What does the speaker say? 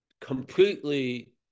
completely